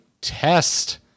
test